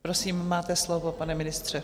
Prosím, máte slovo, pane ministře.